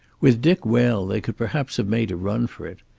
with dick well they could perhaps have made a run for it.